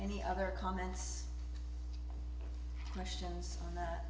any other comments questions that